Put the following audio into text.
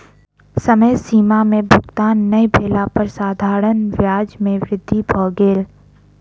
समय सीमा में भुगतान नै भेला पर साधारण ब्याज दर में वृद्धि भ गेल